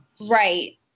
Right